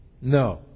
no